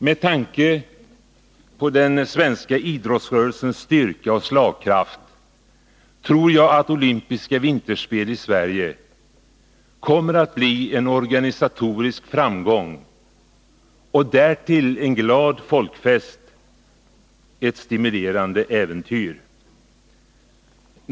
Med tanke på den svenska idrottsrörelsens styrka och slagkraft tror jag att olympiska vinterspel i Sverige kommer att bli en organisatorisk framgång — och därtill en glad folkfest, ett stimulerande äventyr.